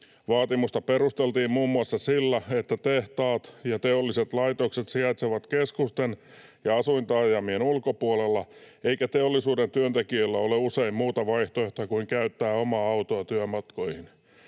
Vaatimusta perusteltiin muun muassa sillä, että tehtaat ja teolliset laitokset sijaitsevat keskusten ja asuintaajamien ulkopuolella eikä teollisuuden työntekijöillä ole usein muuta vaihtoehtoa kuin käyttää omaa autoa työmatkoihin.